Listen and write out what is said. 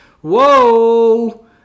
Whoa